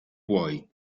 puoi